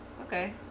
okay